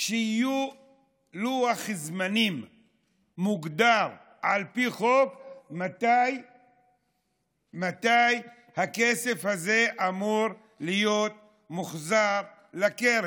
שיהיה לוח זמנים מוגדר על פי חוק מתי הכסף הזה אמור להיות מוחזר לקרן,